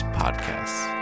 podcasts